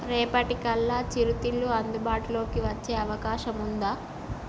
రేపటికల్లా చిరుతిళ్ళు అందుబాటులోకి వచ్చే అవకాశం ఉందా